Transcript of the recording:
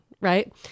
right